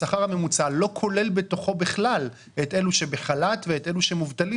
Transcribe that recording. השכר הממוצע לא כולל בתוכו בכלל את אלה ש בחל"ת ואת המובטלים